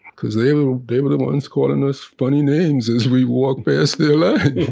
because they were they were the ones calling us funny names as we walked past their line